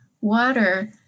water